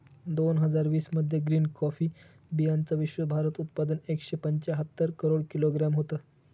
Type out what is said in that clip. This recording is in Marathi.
दोन हजार वीस मध्ये ग्रीन कॉफी बीयांचं विश्वभरात उत्पादन एकशे पंच्याहत्तर करोड किलोग्रॅम होतं